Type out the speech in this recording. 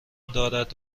دارد